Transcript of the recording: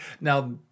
Now